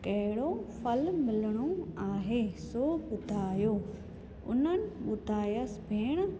कंहिंड़ो फल मिलिणो आहे सो ॿुधायो उन्हनि ॿुधायसि भेण